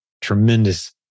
Tremendous